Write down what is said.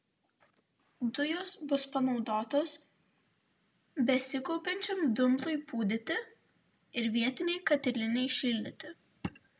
dujos bus panaudotos besikaupiančiam dumblui pūdyti ir vietinei katilinei šildyti